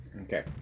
Okay